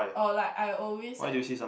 or like I always like